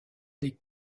des